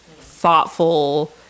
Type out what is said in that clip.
thoughtful